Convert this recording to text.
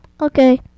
Okay